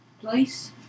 place